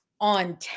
on